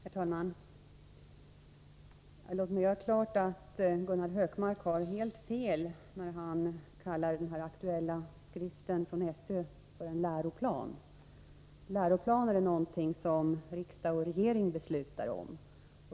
Herr talman! Låt mig göra klart att Gunnar Hökmark har helt fel när han kallar den aktuella skriften från SÖ en läroplan. Läroplaner är något som riksdag och regering beslutar om.